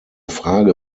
frage